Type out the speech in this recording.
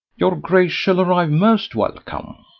your grace shall arrive most welcome.